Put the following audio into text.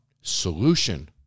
solution